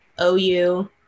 OU